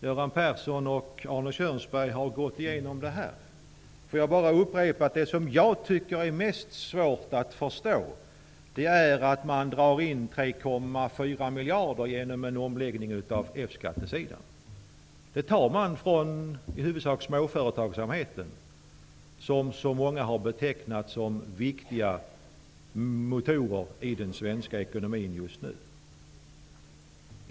Göran Persson och Arne Kjörnsberg har gått igenom det här. Får jag bara upprepa att det som är svårast att förstå är att man drar in 3,4 miljarder genom en omläggning på F-skattesidan. Det tar man i huvudsak från småföretagsamheten, som så många har betecknat som en viktig motor i den svenska ekonomin just nu.